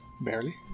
Barely